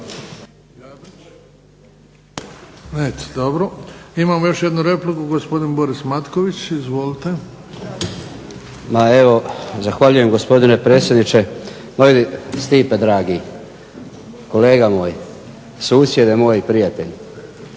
dobro. Imamo još jednu repliku. Gospodin Boris Matković, izvolite. **Matković, Borislav (HDZ)** Zahvaljujem, gospodine predsjedniče. Moj Stipe dragi, kolega moj, susjede moj i prijatelju,